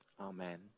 Amen